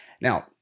Now